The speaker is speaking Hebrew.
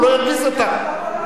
הוא לא ירגיז אותך.